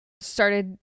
started